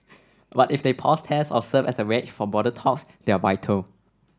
but if they pause tests or serve as a wedge for broader talks they're vital